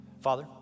Father